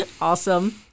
Awesome